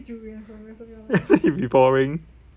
we boring